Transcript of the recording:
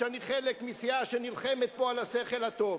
כשאני חלק מסיעה שנלחמת פה על השכל הטוב.